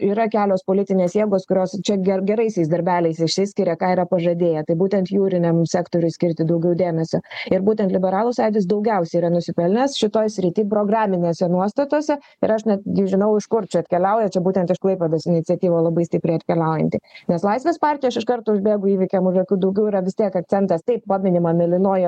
yra kelios politinės jėgos kurios čia ger geraisiais darbeliais išsiskiria ką yra pažadėję tai būtent jūriniam sektoriui skirti daugiau dėmesio ir būtent liberalų sąjūdis daugiausiai yra nusipelnęs šitoj srity programinėse nuostatose ir aš netgi žinau iš kur čia atkeliauja čia būtent iš klaipėdos iniciatyva labai stipriai atkeliaujanti nes laisvės partija aš iš karto užbėgu įvykiam už akių daugiau yra vis tiek akcentas taip paminima mėlynoji